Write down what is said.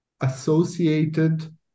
associated